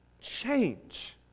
change